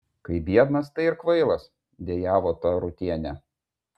kai biednas tai ir kvailas dejavo tarutienė